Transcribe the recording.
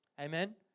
Amen